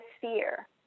fear